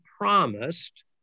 promised